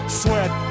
sweat